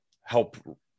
help